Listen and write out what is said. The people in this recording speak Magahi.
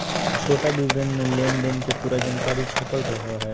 छोटा विवरण मे लेनदेन के पूरा जानकारी छपल रहो हय